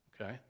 Okay